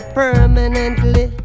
permanently